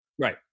right